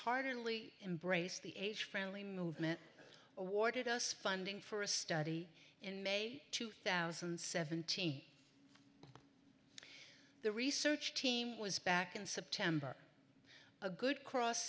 heartily embrace the age friendly movement awarded us funding for a study in may two thousand and seventeen the research team was back in september a good cross